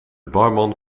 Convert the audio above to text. barman